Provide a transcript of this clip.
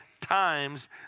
times